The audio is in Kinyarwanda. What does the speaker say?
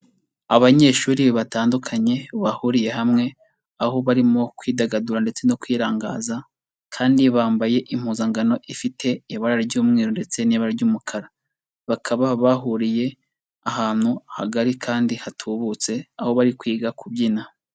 Abanyeshuri batandukanye bahuriye hamwe, aho barimo kwidagadura ndetse no kwirangaza kandi bambaye impuzangano ifite ibara ry'umweru ndetse n'ibara ry'umukara, bakaba bahuriye ahantu hagari kandi hatubutse, aho bari kwiga kubyina.